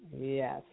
Yes